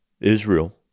Israel